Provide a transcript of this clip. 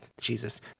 Jesus